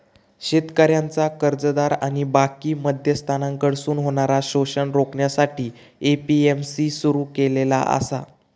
शेतकऱ्यांचा कर्जदार आणि बाकी मध्यस्थांकडसून होणारा शोषण रोखण्यासाठी ए.पी.एम.सी सुरू केलेला आसा